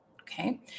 okay